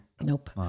nope